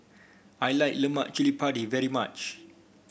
I like Lemak Cili Padi very much